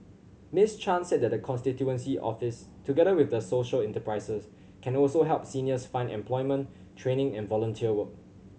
Miss Chan said the constituency office together with social enterprises can also help seniors find employment training and volunteer work